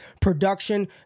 production